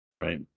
Right